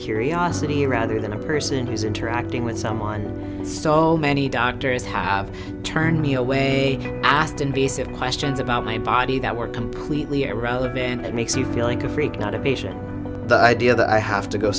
curiosity rather than a person who's interacting with someone so many doctors have turned me away asked invasive questions about my body that were completely irrelevant and that makes you feel like a freak not a patient the idea that i have